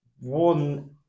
One